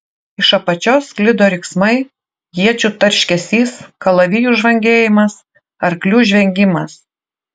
iš apačios sklido riksmai iečių tarškesys kalavijų žvangėjimas arklių žvengimas